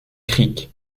creek